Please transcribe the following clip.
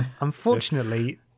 Unfortunately